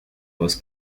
was